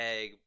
egg